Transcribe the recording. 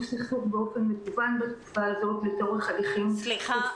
סכסוך באופן מקוון בתקופה הזאת לצורך הליכים --- סליחה,